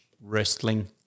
wrestling